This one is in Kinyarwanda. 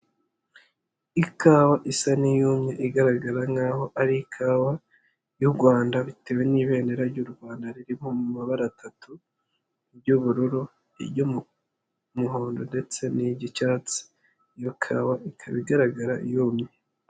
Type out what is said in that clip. Ikawa isa n'iyumye, igaragara nkaho ari ikawa y'u Rwanda bitewe n'ibendera ry'u Rwanda ririho mu mabara atatu; iry'ubururu, iry'umuhondo ndetse n'iry'icyatsi. Iyo kawa ikaba igaragara yumye.